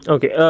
Okay